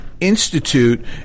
institute